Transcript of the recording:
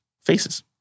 faces